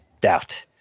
doubt